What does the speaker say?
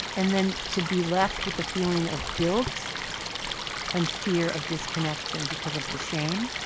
and then to be left with the feeling of guilt and fear of disconnection because of the shame,